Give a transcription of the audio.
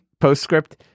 postscript